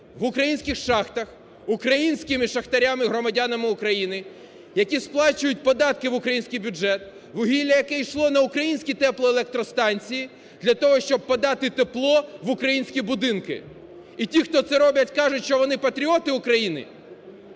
в українських шахтах українськими шахтарями громадянами України, які сплачують податки в український бюджет, вугілля, яке йшло на українські теплоелектростанції для того, щоб подати тепло в українські будинки. І ті, хто це роблять, кажуть, що вони – патріоти України,